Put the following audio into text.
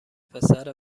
پسر